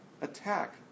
attack